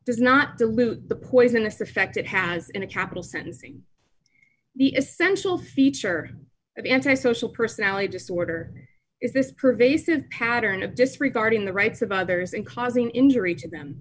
does not dilute the poisonous effect it has in a capital sentencing the essential feature of anti social personality disorder is this pervasive pattern of disregarding the rights of others and causing injury to them